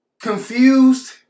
confused